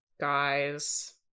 guys